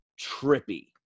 trippy